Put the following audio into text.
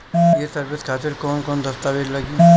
ये सर्विस खातिर कौन कौन दस्तावेज लगी?